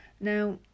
Now